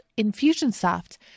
Infusionsoft